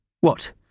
What